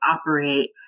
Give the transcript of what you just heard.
operate